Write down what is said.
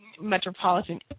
metropolitan